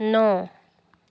ন